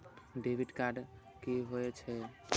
Debit card की होय छे?